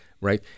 right